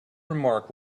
remark